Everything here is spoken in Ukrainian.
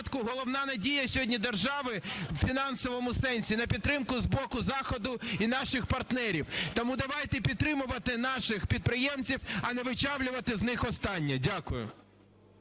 головна надія сьогодні держави в фінансовому сенсі на підтримку з боку заходу і наших партнерів. Тому давайте підтримувати наших підприємців, а не вичавлювати з них останнє. Дякую.